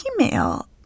email